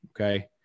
okay